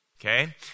Okay